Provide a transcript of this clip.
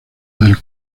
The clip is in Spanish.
del